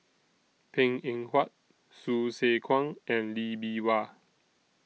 Png Eng Huat Hsu Tse Kwang and Lee Bee Wah